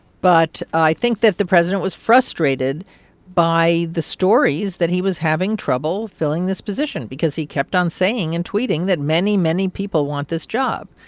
but i think that the president was frustrated by the stories that he was having trouble filling this position because he kept on saying and tweeting that many, many people want this job.